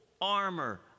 armor